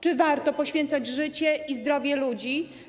Czy warto poświęcać życie i zdrowie ludzi?